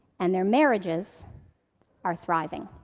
and their marriages are thriving.